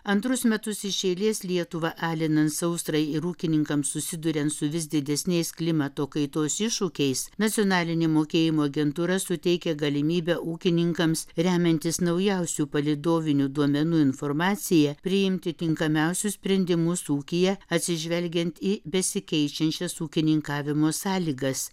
antrus metus iš eilės lietuvą alinant sausrai ir ūkininkams susiduriant su vis didesniais klimato kaitos iššūkiais nacionalinė mokėjimo agentūra suteikia galimybę ūkininkams remiantis naujausių palydovinių duomenų informacija priimti tinkamiausius sprendimus ūkyje atsižvelgiant į besikeičiančias ūkininkavimo sąlygas